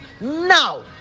now